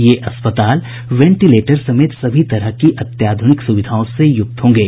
ये अस्पताल वेंटीलेटर समेत सभी तरह की अत्याधुनिक सुविधाओं से युक्त होंगे